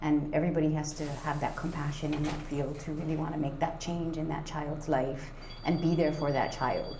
and everybody has to have that compassion and that feel to really want to make that change in that child's life and be there for that child.